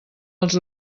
els